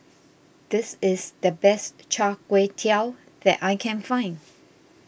this is the best Char Kway Teow that I can find